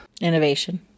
Innovation